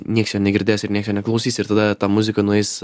nieks jo negirdės ir nieks neklausys ir tada ta muzika nueis